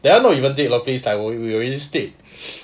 that [one] not even date okay is like we already stead